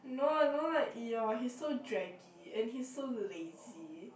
no I don't like Eeyore he's so draggy and he's so lazy